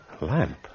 lamp